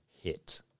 hit